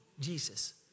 Jesus